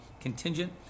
contingent